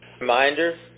Reminder